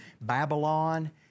Babylon